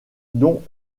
dont